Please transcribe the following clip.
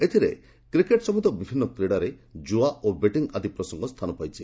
ଏଥିରେ କ୍ରିକେଟ୍ ସମେତ ବିଭିନ୍ନ କ୍ରିଡ଼ାରେ ଜୁଆ ଓ ବେଟିଂ ଆଦି ପ୍ରସଙ୍ଗ ସ୍ଥାନ ପାଇଛି